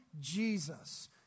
Jesus